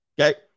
Okay